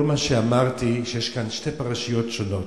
כל מה שאמרתי, שיש כאן שתי פרשיות שונות: